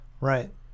Right